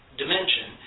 dimension